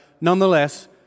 nonetheless